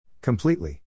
Completely